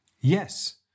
Yes